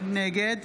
נגד